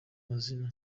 mazina